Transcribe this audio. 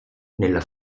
nella